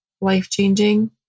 life-changing